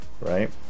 right